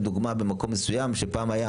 לדוגמה, במקום מסוים שפעם היו